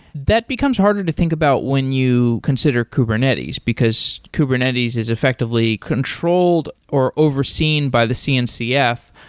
that becomes harder to think about when you consider kubernetes, because kubernetes is effectively controlled or overseen by the cncf.